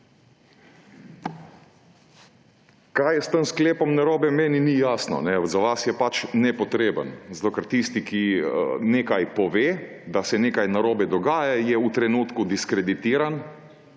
Kaj je s tem sklepom narobe, meni ni jasno. Za vas je pač nepotreben, zato ker tisti, ki pove, da se nekaj narobe dogaja, je v trenutku diskreditiran